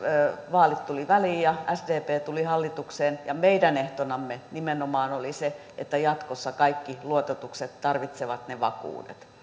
vaalit tulivat väliin ja sdp tuli hallitukseen ja meidän ehtonamme nimenomaan oli se että jatkossa kaikki luototukset tarvitsevat ne vakuudet